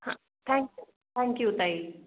हां thank you thank you ताई